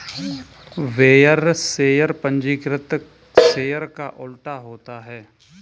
bearer share पंजीकृत share का उल्टा होता है